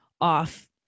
off